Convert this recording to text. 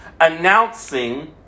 announcing